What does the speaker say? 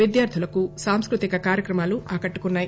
విద్యార్థుల సాంస్కృతిక కార్యక్రమాలు ఆకట్టుకున్నాయి